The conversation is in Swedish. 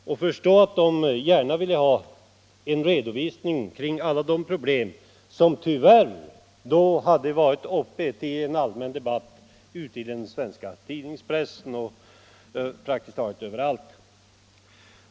Jag kan förstå att de gärna ville ha en redovisning av alla de problem som tyvärr då hade varit uppe till allmän debatt ute i den svenska pressen —ja, praktiskt taget överallt.